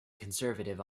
conservative